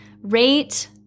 rate